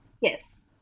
Yes